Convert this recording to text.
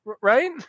right